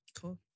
Cool